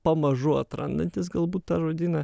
pamažu atrandantis galbūt tą žodyną